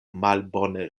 malbone